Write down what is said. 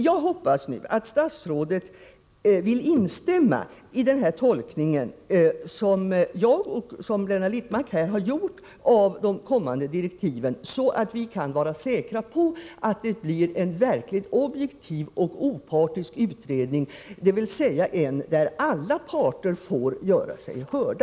Jag hoppas nu att statsrådet vill instämma i den tolkning som jag och Blenda Littmarck har gjort av de kommande direktiven, så att vi kan vara säkra på att det blir en verkligt objektiv och opartisk utredning, dvs. en utredning där alla parter får göra sig hörda.